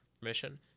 permission